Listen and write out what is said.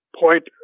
point